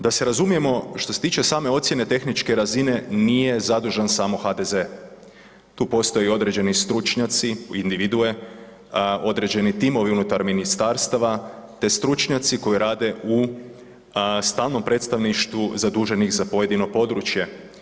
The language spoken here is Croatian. Da se razumijemo, što se tiče same ocjene tehničke razine nije zadužen samo HDZ, tu postoje određeni stručnjaci individue, određeni timovi unutar ministarstava te stručnjaci koji rade u stalnom predstavništvu zaduženih za pojedino područje.